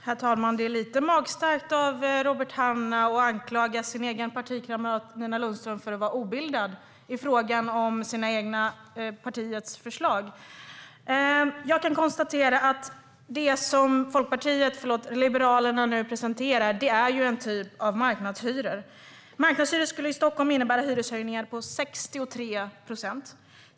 Herr talman! Det är lite magstarkt att Robert Hannah anklagar sin egen partikamrat Nina Lundström för att vara obildad i fråga om partiets förslag. Jag kan konstatera att det som Liberalerna nu presenterar är en typ av marknadshyror. Marknadshyror skulle i Stockholm innebära hyreshöjningar på 63 procent.